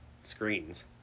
screens